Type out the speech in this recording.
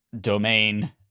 Domain